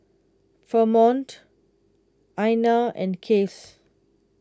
Fremont Ina and Case